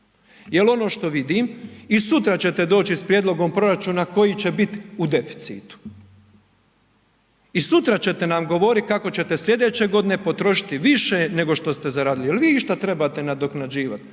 Jel ono što vidim i sutra ćete doći s prijedlogom proračuna koji će bit u deficitu i sutra ćete nam govorit kako ćete slijedeće godine potrošit više nego što ste zaradili, jel vi išta trebate nadoknađivat,